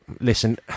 Listen